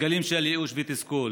גלים של ייאוש ותסכול.